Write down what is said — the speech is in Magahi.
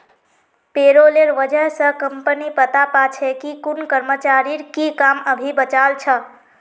पेरोलेर वजह स कम्पनी पता पा छे कि कुन कर्मचारीर की काम अभी बचाल छ